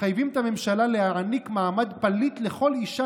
מחייבים את הממשלה להעניק מעמד פליט לכל אישה